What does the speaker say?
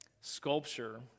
sculpture